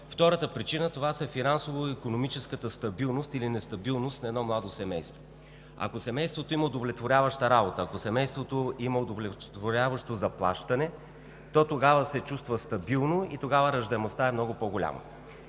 Втората причина са финансово-икономическата стабилност или нестабилност на едно младо семейство. Ако семейството има удовлетворяваща работа, ако има удовлетворяващо заплащане, то тогава се чувства стабилно и раждаемостта е много по-голяма.